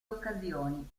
occasioni